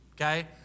okay